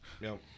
no